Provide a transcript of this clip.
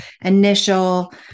initial